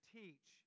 teach